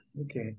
okay